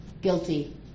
guilty